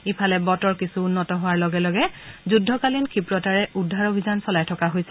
ইফালে বতৰ কিছু উন্নত হোৱাৰ লগে লগে যুদ্ধকালীন ক্ষীপ্ৰতাৰে উদ্ধাৰ অভিযান চলাই থকা হৈছে